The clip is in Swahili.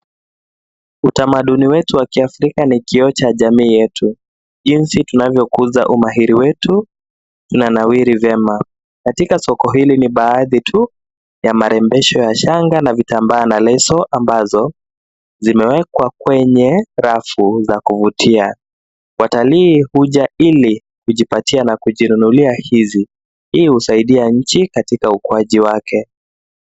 Utamaduni wetu wa kiafrika ni kioo cha jamii yetu. Jinsi tunavyokuza umahiri wetu tunanawiri vyema. Katika soko hili ni baadhi tu ya marembesho ya shanga na vitambaa na leso ambazo zimewekwa kwenye rafu za kuvutia. Watalii huja ili kujipatia na kujinunulia hizi. Hii husaidia nchi katika ukuaji wake.